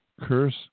Curse